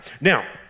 Now